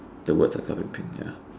the words are covered in pink ya